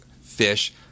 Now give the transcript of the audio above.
fish